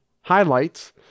highlights